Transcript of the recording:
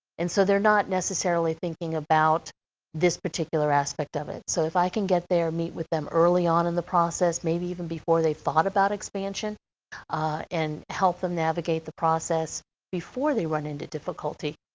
and so they're not necessarily thinking about this particular aspect of it. so if i can get there, meet with them early on in the process, maybe even before they thought about expansion and help them navigate the process before they run into difficulty,